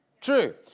True